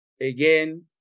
again